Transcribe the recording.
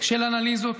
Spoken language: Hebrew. של אנליזות,